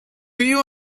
you